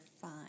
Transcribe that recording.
fine